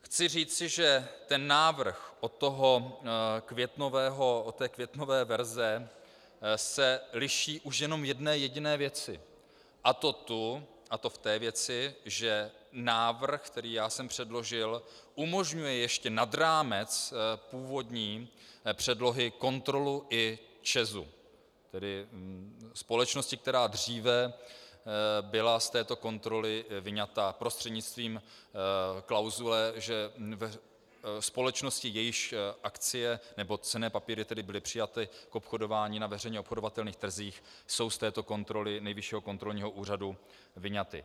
Chci říci, že se návrh od té květnové verze liší už jen v jedné jediné věci, a to v té věci, že návrh, který já jsem předložil, umožňuje ještě nad rámec původní předlohy kontrolu i ČEZu, tedy společnosti, která dříve byla z této kontroly vyňata prostřednictvím klauzule, že ve společnosti, jejíž akcie nebo cenné papíry byly přijaty k obchodování na veřejně obchodovatelných trzích, jsou z této kontroly Nejvyššího kontrolního úřadu vyňaty.